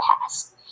past